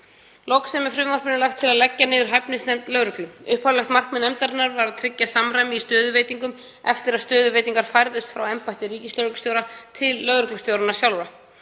Loks er með frumvarpinu lagt til að leggja niður hæfnisnefnd lögreglu. Upphaflegt markmið nefndarinnar var að tryggja samræmi í stöðuveitingum eftir að stöðuveitingar færðust frá embætti ríkislögreglustjóra til lögreglustjóranna sjálfra.